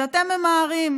אז אתם ממהרים,